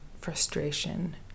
frustration